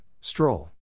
Stroll